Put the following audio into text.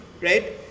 right